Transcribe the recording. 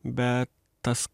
bet tas